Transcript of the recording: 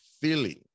feeling